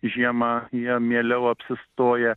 žiemą jie mieliau apsistoja